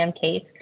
case